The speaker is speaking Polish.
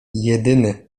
jedyny